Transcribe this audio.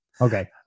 Okay